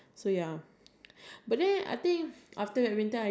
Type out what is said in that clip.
but there wasn't like I think